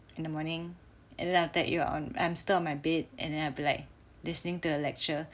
in the morning and then after that you are on I'm still on my bed and then I'll be like listening to a lecture